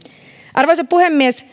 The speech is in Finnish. arvoisa puhemies